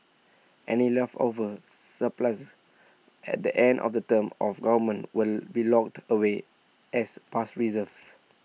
any leftover surpluses at the end of the term of government will be locked away as past reserves